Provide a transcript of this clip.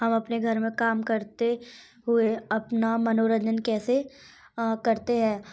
हम अपने घर में काम करते हुए अपना मनोरंजन कैसे करते हैं